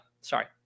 Sorry